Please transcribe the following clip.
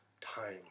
time